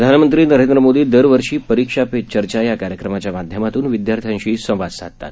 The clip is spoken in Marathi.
प्रधानमंत्री नरेंद्र मोदी दरवर्षी परीक्षा पे चर्चा या कार्यक्रमाच्या माध्यमातून विदयार्थ्यांशी संवाद साधतात